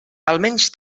almenys